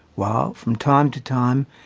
while, from time-to-time,